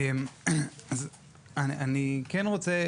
דבר ראשון,